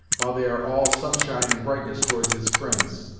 while they are all sunshine and brightness towards his fri'nds.